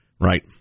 Right